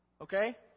Okay